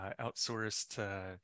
outsourced